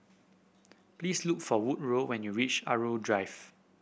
please look for Woodroe when you reach Irau Drive